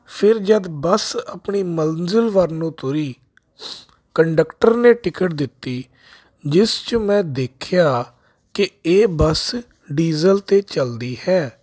ਫਿਰ ਜਦੋਂ ਬੱਸ ਆਪਣੀ ਮੰਜ਼ਿਲ ਵੱਲ ਨੂੰ ਤੁਰੀ ਕੰਡਕਟਰ ਨੇ ਟਿਕਟ ਦਿੱਤੀ ਜਿਸ 'ਚ ਮੈਂ ਦੇਖਿਆ ਕਿ ਇਹ ਬੱਸ ਡੀਜ਼ਲ 'ਤੇ ਚੱਲਦੀ ਹੈ